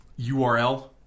URL